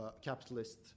capitalist